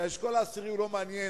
כי האשכול העשירי לא מעניין,